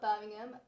Birmingham